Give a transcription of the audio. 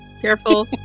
Careful